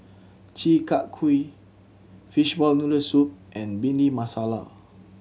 Chi Kak Kuih fishball noodle soup and Bhindi Masala